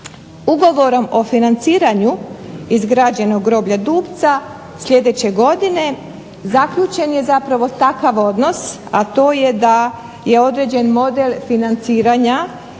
Ugovorom o financiranju izgrađenog groblja Dupca sljedeće godine zaključen je zapravo takav odnos, a to je da je određen model financiranja